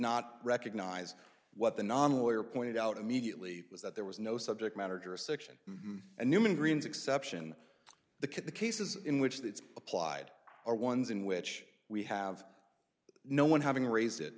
not recognize what the non lawyer pointed out immediately was that there was no subject matter jurisdiction and human green's exception the could the cases in which the it's applied are ones in which we have no one having raised it